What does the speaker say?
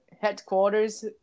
headquarters